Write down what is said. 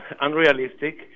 unrealistic